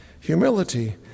Humility